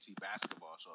basketball